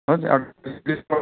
हुन्छ